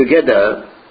together